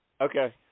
Okay